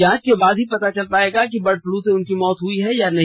जांच के बाद ही पता चल पायेगा कि बर्ड फ्लू से मौत हुई है या नहीं